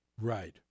Right